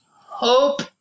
Hope